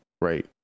Right